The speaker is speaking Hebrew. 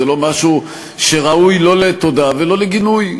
זה לא משהו שראוי לא לתודה ולא לגינוי.